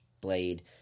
blade